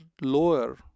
lower